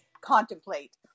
contemplate